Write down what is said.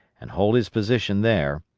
and hold his position there,